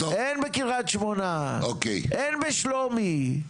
אין בקרית שמונה, אין בשלומי,